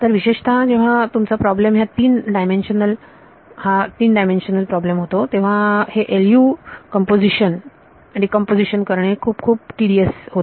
तर विशेषतः जेव्हा तुमचा प्रॉब्लेम हा तीन डायमेन्शनल प्रॉब्लेम होतो तेव्हा हे LU कंपोजीशन करणे हे खूप खूप टीडीयस होते